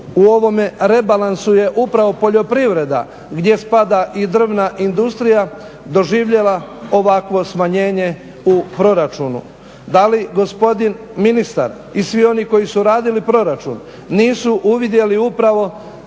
u ovome rebalansu je upravo poljoprivreda, gdje spada i drvna industrija, doživjela ovakvo smanjenje u proračunu? Da li gospodin ministar i svi oni koji su radili proračun nisu uvidjeli upravo